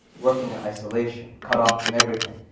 working in isolation, cut off from everything,